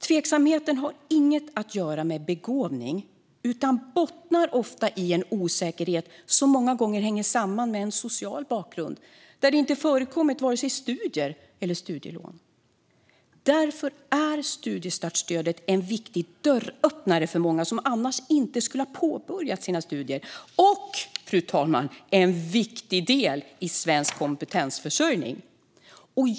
Tveksamheten har inget att göra med begåvning utan bottnar ofta i en osäkerhet som många gånger hänger samman med en social bakgrund där det inte förekommit vare sig studier eller studielån. Därför är studiestartsstödet en viktig dörröppnare för många som annars inte skulle ha påbörjat sina studier - och, fru talman, en viktig del i svensk kompetensförsörjning.